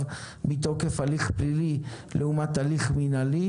מתוקף הליך פלילי לעומת הליך מינהלי.